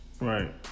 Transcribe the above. Right